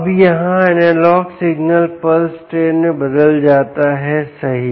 अब यहाँ analogue signal pulse train में बदल जाता है सही